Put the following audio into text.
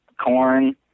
corn